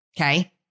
Okay